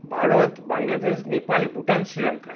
Bharat Bangladesh Nepal Bhutan Sri Lanka